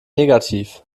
negativ